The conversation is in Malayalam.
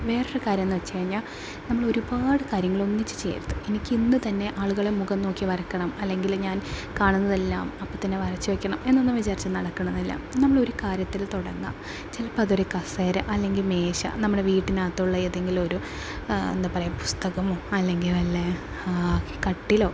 വേറൊരു കാര്യമെന്ന് വച്ച് കഴിഞ്ഞാൽ നമ്മളൊരുപാട് കാര്യങ്ങളൊന്നിച്ച് ചെയ്യരുത് എനിക്കിന്ന് തന്നെ ആളുകളെ മുഖം നോക്കി വരക്കണം അല്ലങ്കില് ഞാൻ കാണുന്നതെല്ലാം അപ്പത്തന്നെ വരച്ച് വയ്ക്കണം എന്നൊന്ന് വിചാരിച്ച നടക്കണന്നില്ല നമ്മളൊരു കാര്യത്തില് തുടങ്ങുക ചിലപ്പം അതൊരു കസേര അല്ലെങ്കിൽ മേശ നമ്മുടെ വീട്ടിനകത്തുള്ള ഏതെങ്കിലൊരു എന്താ പറയുക പുസ്തകമോ അല്ലെങ്കിൽ വല്ല കട്ടിലോ